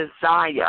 desire